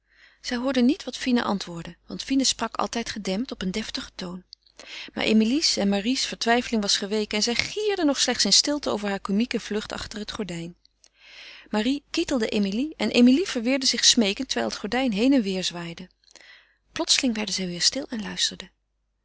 zij hoorden niet wat fine antwoordde want fine sprak altijd gedempt op een deftigen toon maar emilie's en marie's vertwijfeling was geweken en zij gierden nog slechts in stilte over hare komieke vlucht achter het gordijn marie kietelde emilie en emilie verweerde zich smeekend terwijl het gordijn heen en weêr zwaaide plotseling werden zij weder stil en luisterden